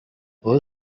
ubu